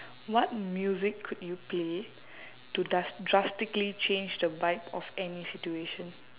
what music could you play to dras~ drastically change the vibe of any situation